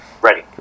Ready